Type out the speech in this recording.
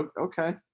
okay